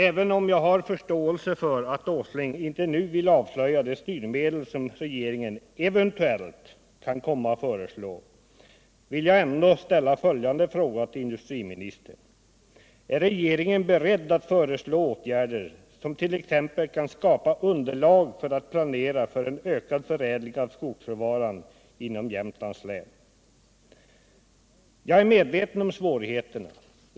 Även om jag har förståelse för att Nils Åsling inte nu vill avslöja de styrmedel som regeringen eventuellt kan komma att föreslå, vill jag ändå ställa följande fråga till industriministern: Är regeringen beredd att föreslå åtgärder som t.ex. kan skapa underlag för att planera för en ökad förädling av skogsråvaran inom Jämtlands län? Jag är medveten om svårigheterna.